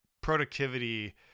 productivity